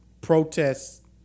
protests